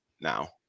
now